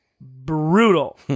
brutal